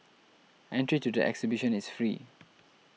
entry to the exhibition is free